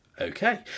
Okay